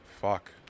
fuck